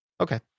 Okay